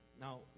Now